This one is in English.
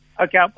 Okay